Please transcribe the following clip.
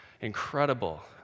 Incredible